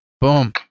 boom